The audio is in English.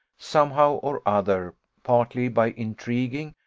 somehow or other, partly by intriguing,